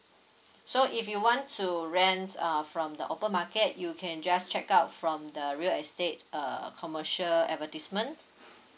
so if you want to rent err from the open market you can just check out from the real estate uh commercial advertisement